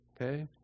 Okay